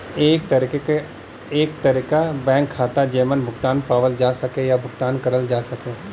एक तरे क बैंक खाता जेमन भुगतान पावल जा सके या भुगतान करल जा सके